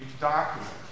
document